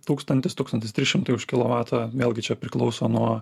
tūkstantis tūkstantis trys šimtai už kilovatą vėlgi čia priklauso nuo